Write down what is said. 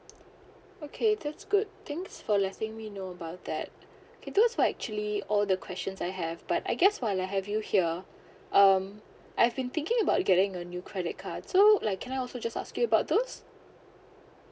okay that's good thanks for letting me know about that okay those were actually all the questions I have but I guess while I have you here um I've been thinking about getting a new credit card so like can I also just asking about those